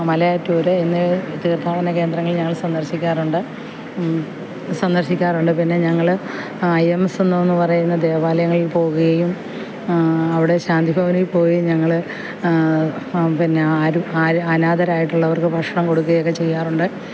മലയാറ്റൂർ എന്നിവ തീർത്ഥാടനം കേന്ദ്രങ്ങളിൽ ഞങ്ങൾ സന്ദർശിക്കാറുണ്ട് സന്ദർശിക്കാറുണ്ട് പിന്നെ ഞങ്ങൾ അയമെസ് എന്നു പറയുന്ന ദേവാലയങ്ങൾ പോകുകയും അവിടെ ശാന്തി ഭവനിൽ പോയി ഞങ്ങൾ പിന്നെ അരു അനാഥരായിട്ടുള്ളവർക്ക് ഭക്ഷണം കൊടുക്കുകയൊക്കെ ചെയ്യാറുണ്ട്